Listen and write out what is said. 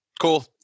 Cool